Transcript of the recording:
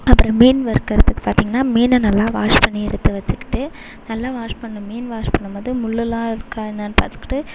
அப்புறம் மீன் வறுக்குறதுக்கு பார்த்திங்கனா மீனை நல்லா வாஷ் பண்ணி எடுத்து வச்சுக்கிட்டு நல்லா வாஷ் பண்னும் மீன் வாஷ் பண்ணும்போது முள்லுல்லாம் இருக்கா என்னன்னு பார்த்துகுட்டு